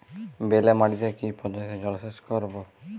বেলে মাটিতে কি পদ্ধতিতে জলসেচ করব?